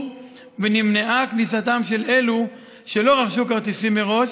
ונמנעה כניסתם של אלו שלא רכשו כרטיסים מראש,